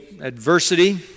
Adversity